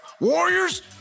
Warriors